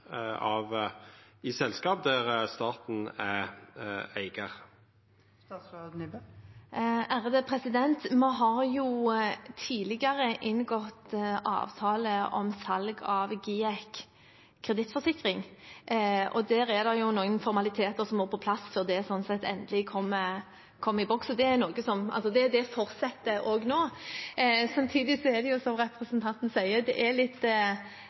selskap der staten er eigar? Vi har tidligere inngått avtale om salg av GIEK Kredittforsikring, og der er det noen formaliteter som må på plass før det, slik sett, endelig kommer i boks. Det fortsetter nå. Samtidig er det, som representanten sier, litt andre tider, og kursene er litt annerledes enn de var i høst, da statsbudsjettet ble vedtatt. Jeg